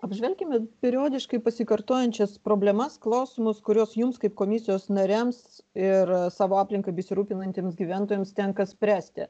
apžvelkime periodiškai pasikartojančias problemas klausimus kuriuos jums kaip komisijos nariams ir savo aplinka besirūpinantiems gyventojams tenka spręsti